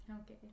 Okay